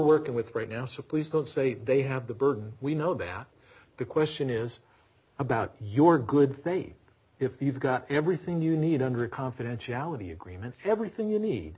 working with right now suppose code say they have the burden we know that the question is about your good faith if you've got everything you need under confidentiality agreement everything you need